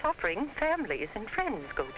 suffering families and friends